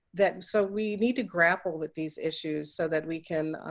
that so we need to grapple with these issues so that we can